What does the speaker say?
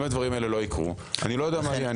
אם הדברים הללו לא יקרו, אני לא יודע מה יקרה.